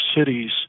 cities